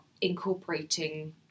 incorporating